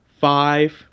five